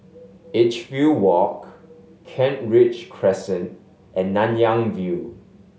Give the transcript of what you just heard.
Edgefield Walk Kent Ridge Crescent and Nanyang View